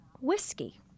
whiskey